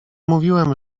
mówiłem